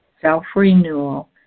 self-renewal